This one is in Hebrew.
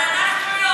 אבל אנחנו לא,